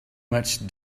much